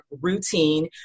routine